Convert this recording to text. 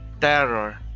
terror